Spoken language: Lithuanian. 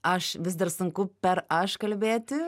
aš vis dar sunku per aš kalbėti